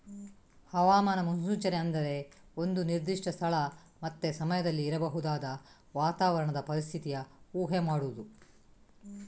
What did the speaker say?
ಹವಾಮಾನ ಮುನ್ಸೂಚನೆ ಅಂದ್ರೆ ಒಂದು ನಿರ್ದಿಷ್ಟ ಸ್ಥಳ ಮತ್ತೆ ಸಮಯದಲ್ಲಿ ಇರಬಹುದಾದ ವಾತಾವರಣದ ಪರಿಸ್ಥಿತಿಯ ಊಹೆ ಮಾಡುದು